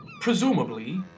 presumably